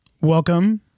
welcome